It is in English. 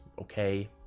Okay